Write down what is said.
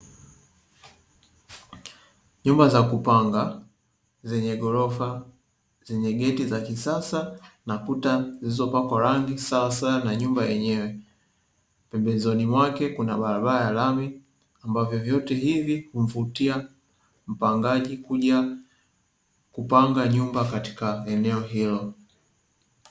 Nyumba za kupanga zenye ghorofa zenye geti la kisasa na kuta zilizopakwa rangi sawsawa na nyumba yenyewe, pembezoni mwake kuna barabara ya lami kwa vyovyote hivi humvutia mpangaji kuja kupanga nyumba katika eneo hilo.